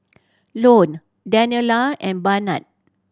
Lone Daniella and Barnard